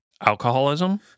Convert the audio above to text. Alcoholism